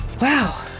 Wow